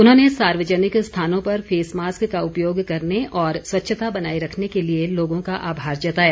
उन्होंने सार्वजनिक स्थानों पर फेस मास्क का उपयोग करने और स्वच्छता बनाए रखने के लिए लोगों का आभार जताया